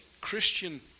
Christian